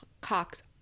Cox